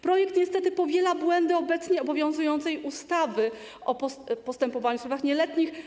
Projekt niestety powiela błędy obowiązującej ustawy o postępowaniu w sprawach nieletnich.